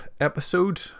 episode